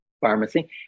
pharmacy